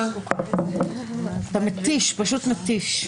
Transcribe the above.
הצגנו את הנימוקים לכאן ולכאן לגבי פסקת התגברות,